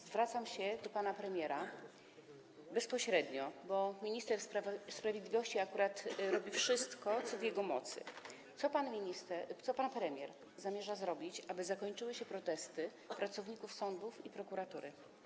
Zwracam się do pana premiera bezpośrednio, bo minister sprawiedliwości akurat robi wszystko, co w jego mocy: Co pan premier zamierza zrobić, aby zakończyły się protesty pracowników sądów i prokuratury?